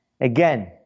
again